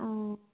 ꯑꯣ